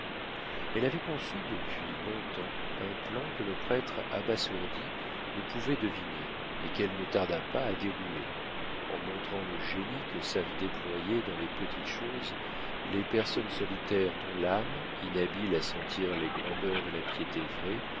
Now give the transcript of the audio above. elle avait conçu depuis long-temps un plan que le prêtre abasourdi ne pouvait deviner et qu'elle ne tarda pas à dérouler en montrant le génie que savent déployer dans les petites choses les personnes solitaires dont l'âme inhabile à sentir les grandeurs de la piété vraie